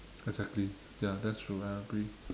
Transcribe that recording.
exactly ya that's true I agree